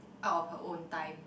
out of her own time